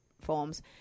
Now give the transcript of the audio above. forms